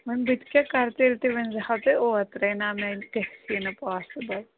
وۄنۍ بہٕ تہِ کیٛاہ کَرٕ تیٚلہِ تہِ ؤنۍزِہَو تُہۍ اوترَے نہ مےٚ گَژھی نہٕ پاسبٕل